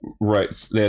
Right